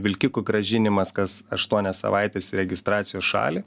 vilkikų grąžinimas kas aštuonias savaites į registracijos šalį